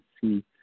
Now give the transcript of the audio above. see